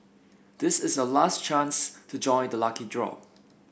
this is your last chance to join the lucky draw